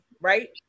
right